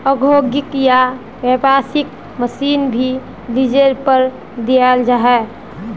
औद्योगिक या व्यावसायिक मशीन भी लीजेर पर दियाल जा छे